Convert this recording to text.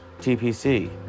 TPC